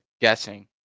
guessing